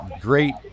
great